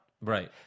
Right